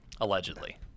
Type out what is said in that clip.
allegedly